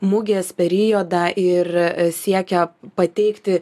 mugės periodą ir siekia pateikti